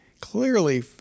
clearly